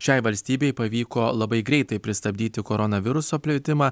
šiai valstybei pavyko labai greitai pristabdyti koronaviruso plitimą